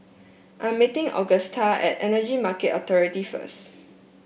I'm meeting Augusta at Energy Market Authority first